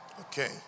Okay